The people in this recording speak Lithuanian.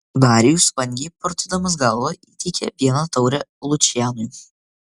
darijus vangiai purtydamas galvą įteikė vieną taurę lučianui